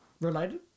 related